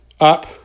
up